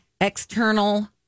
external